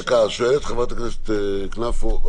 שואלת חברת הכנסת כנפו.